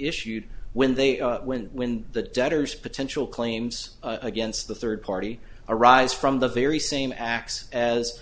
issued when they when when the debtors potential claims against the third party arise from the very same acts as